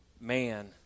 man